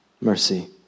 mercy